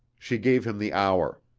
she gave him the hour.